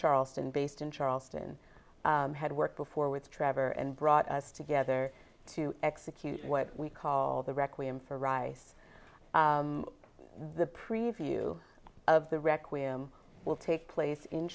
charleston based in charleston had worked before with trevor and brought us together to execute what we call the requiem for rise the preview of the requiem will take place in